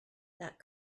that